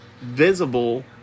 visible